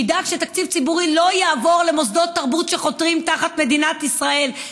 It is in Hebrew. שידאג שתקציב ציבורי לא יעבור למוסדות תרבות שחותרים תחת מדינת ישראל,